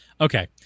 okay